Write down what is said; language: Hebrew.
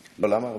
לא, למה ארבעה?